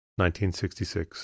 1966